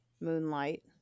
moonlight